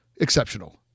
exceptional